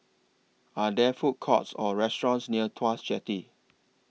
Are There Food Courts Or restaurants near Tuas Jetty